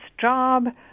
job